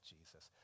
Jesus